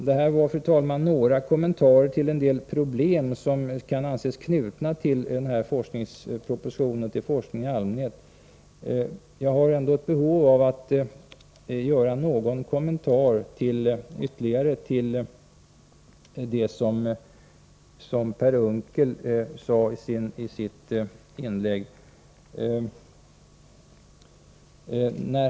Det här var, fru talman, några kommentarer till en del problem som kan anses knutna till forskningspropositionen och till frågan om forskning i allmänhet. Jag känner emellertid också behov av att göra någon ytterligare kommentar när det gäller det som Per Unckel sade i sitt inlägg.